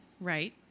right